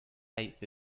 eighth